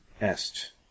Est